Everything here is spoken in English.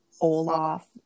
Olaf